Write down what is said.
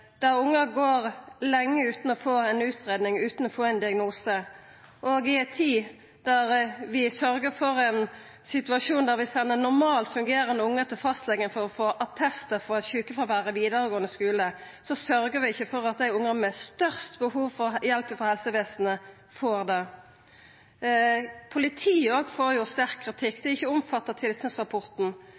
der ungar går lenge utan å få ei utgreiing, utan å få ein diagnose. I ei tid og i ein situasjon der vi sørgjer for å senda normalt fungerande ungar til fastlegen for å få attest for sjukefråvær i vidaregåande skule, sørgjer vi ikkje for at ungane med dei største behova for hjelp frå helsestellet får det. Politiet får òg sterk kritikk. Dei er ikkje omfatta av tilsynsrapporten,